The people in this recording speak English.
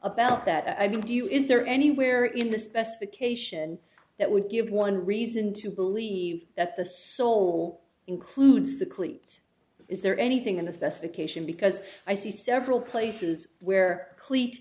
about that i mean do you is there anywhere in the specification that would give one reason to believe that the soul includes the cleat is there anything in the specification because i see several places where cl